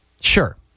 sure